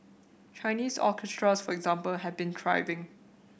Chinese orchestras for example have been thriving